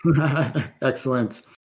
Excellent